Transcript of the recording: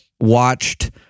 watched